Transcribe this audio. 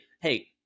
hey